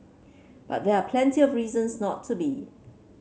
but there are plenty of reasons not to be